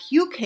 UK